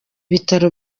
bitaro